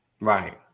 right